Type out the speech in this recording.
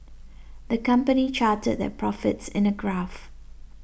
the company charted their profits in a graph